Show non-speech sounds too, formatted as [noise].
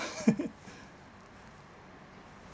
[laughs]